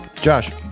Josh